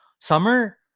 summer